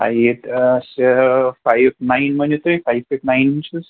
height حظ چھِ five nine مٲنِو تُہۍ فایِو فیٖٹ نایِن اِنچٕز